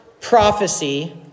prophecy